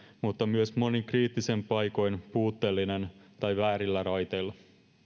mutta myös monin kriittisin paikoin puutteellinen tai väärillä raiteilla